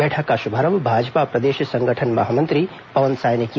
बैठक का शुभारंभ भाजपा प्रदेश संगठन महामंत्री पवन साय ने किया